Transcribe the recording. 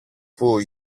που